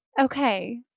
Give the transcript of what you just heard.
Okay